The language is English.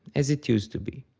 as it used to be.